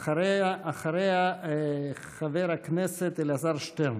ואחריה, חבר הכנסת אלעזר שטרן.